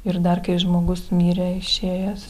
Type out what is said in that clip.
ir dar kai žmogus mirė išėjęs